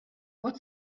what